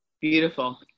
Beautiful